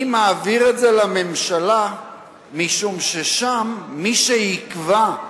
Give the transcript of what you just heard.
אני מעביר את זה לממשלה משום ששם מי שיקבע,